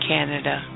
Canada